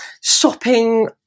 shopping